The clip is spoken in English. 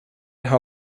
how